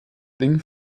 ding